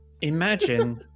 Imagine